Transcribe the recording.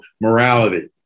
morality